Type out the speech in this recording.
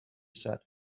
said